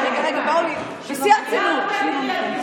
בשיא הרצינות.